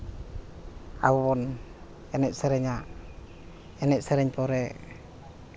ᱟᱵᱚ ᱵᱚᱱ ᱮᱱᱮᱡ ᱥᱮᱨᱮᱧᱟ ᱮᱱᱮᱡ ᱥᱮᱨᱮᱧ ᱯᱚᱨᱮ